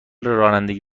رانندگی